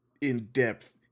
in-depth